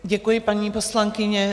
Děkuji, paní poslankyně.